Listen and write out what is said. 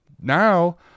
Now